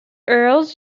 earls